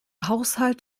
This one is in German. haushalt